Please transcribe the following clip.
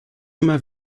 immer